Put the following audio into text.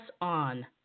on